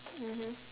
mmhmm